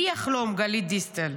מי יחלום, גלית דיסטל?